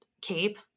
cape